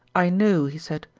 i know, he said,